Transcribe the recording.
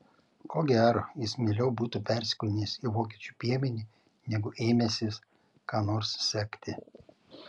ko gero jis mieliau būtų persikūnijęs į vokiečių piemenį negu ėmęsis ką nors sekti